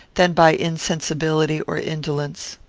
than by insensibility or indolence.